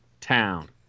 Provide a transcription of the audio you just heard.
town